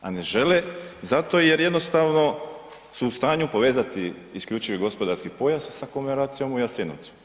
A ne žele zato jer jednostavno su u stanju povezati isključivi gospodarski pojas sa komemoracijom u Jasenovcu.